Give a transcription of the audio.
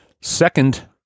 Second